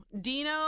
Dino